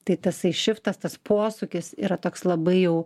tai tasai šiftas tas posūkis yra toks labai jau